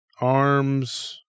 arms